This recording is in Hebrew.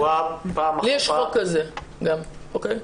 לי יש חוק כזה גם, אוקיי?